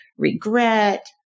regret